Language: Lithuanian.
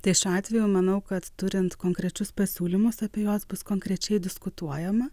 tai šiuo atveju manau kad turint konkrečius pasiūlymus apie juos bus konkrečiai diskutuojama